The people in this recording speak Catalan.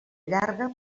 llarga